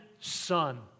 son